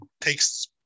takes –